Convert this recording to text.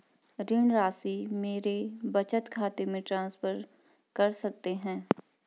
ऋण राशि मेरे बचत खाते में ट्रांसफर कर सकते हैं?